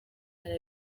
ntara